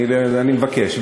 אני מבקש,